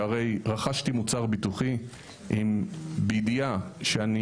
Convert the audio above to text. שהרי רכשתי מוצר ביטוחי בידיעה שאני